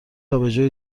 آبجو